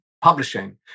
publishing